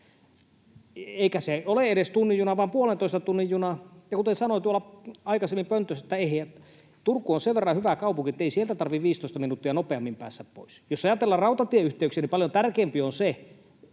Eikä se ole edes tunnin juna vaan puolentoista tunnin juna, ja kuten sanoin tuolla pöntössä aikaisemmin, Turku on sen verran hyvä kaupunki, ettei sieltä tarvitse 15 minuuttia nopeammin päästä pois. Jos ajatellaan rautatieyhteyksiä, niin paljon tärkeämpi kuin 15